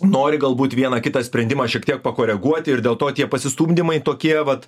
nori galbūt vieną kitą sprendimą šiek tiek pakoreguoti ir dėl to tie pasistumdymai tokie vat